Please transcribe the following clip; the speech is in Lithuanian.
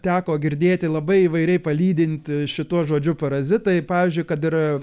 teko girdėti labai įvairiai palydint šituo žodžiu parazitai pavyzdžiui kad ir